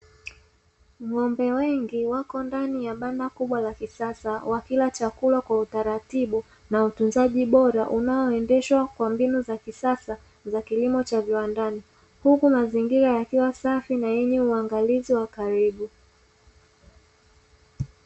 Ng'ombe wengi wako ndani ya banda kubwa la kisasa wakila chakula kwa utaratibu na utunzaji bora unaoendeshwa kwa mbinu za kisasa za kilimo cha viwandani. Huku mazingira yakiwa safi na yenye uangalizi wa karibu.